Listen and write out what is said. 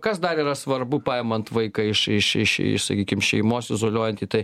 kas dar yra svarbu paimant vaiką iš iš iš iš sakykim šeimos izoliuojant jį tai